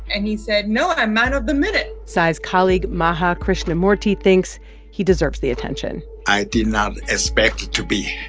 and he said, no, i'm man of the minute tsai's colleague maha krishnamurthy thinks he deserves the attention i did not expect to be